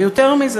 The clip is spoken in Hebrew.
ויותר מזה,